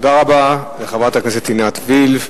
תודה רבה לחברת הכנסת עינת וילף.